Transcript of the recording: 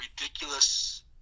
ridiculous